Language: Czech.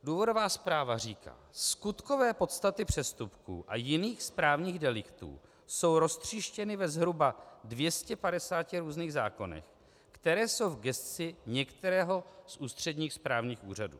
Důvodová zpráva říká: Skutkové podstaty přestupků a jiných správních deliktů jsou roztříštěny ve zhruba 250 různých zákonech, které jsou v gesci některého z ústředních správních úřadů.